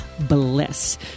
Bliss